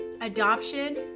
adoption